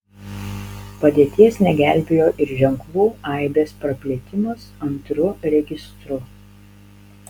padėties negelbėjo ir ženklų aibės praplėtimas antru registru